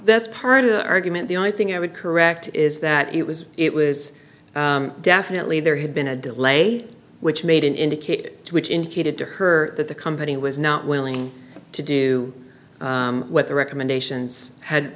that's part of the argument the i think i would correct is that it was it was definitely there had been a delay which made an indicate which indicated to her that the company was not willing to do what the recommendations had